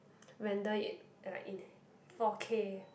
render it like in four K